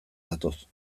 datoz